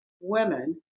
women